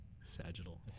Sagittal